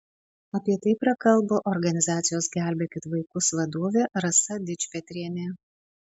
apie tai prakalbo organizacijos gelbėkit vaikus vadovė rasa dičpetrienė